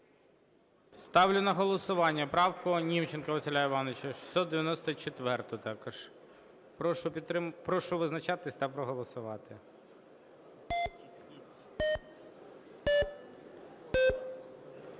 Ставлю на голосування Німченка Василя Івановича, 694-у також. Прошу визначатись та проголосувати.